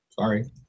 Sorry